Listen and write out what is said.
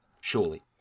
Surely